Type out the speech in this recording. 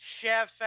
Chef